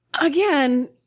again